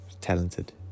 talented